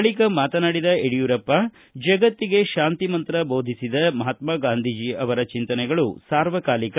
ಬಳಿಕ ಮಾತನಾಡಿದ ಯಡಿಯೂರಪ್ಪ ಜಗತ್ತಿಗೆ ಶಾಂತಿ ಮಂತ್ರ ಬೋಧಿಸಿದ ಮಹಾತ್ಮಾಗಾಂಧೀಜಿ ಅವರ ಚಿಂತನೆಗಳು ಸರ್ವಕಾಲಿಕ